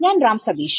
ഞാൻ രാം സതീഷ്